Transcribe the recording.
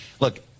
Look